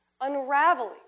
unraveling